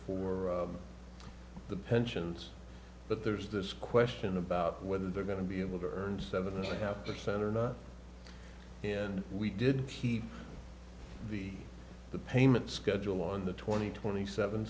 for the pensions but there's this question about whether they're going to be able to earn seventy five percent or not and we did keep the the payment schedule on the twenty twenty seven